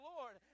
Lord